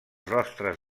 rostres